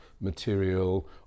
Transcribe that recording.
material